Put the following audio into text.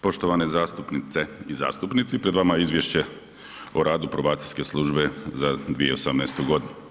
Poštovane zastupnice i zastupnici, pred vama je Izvješće o radu probacijske službe za 2018. godinu.